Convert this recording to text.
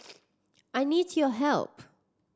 I need your help